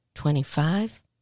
Twenty-five